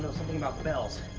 something about bells.